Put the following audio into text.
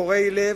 קורעי לב,